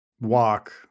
walk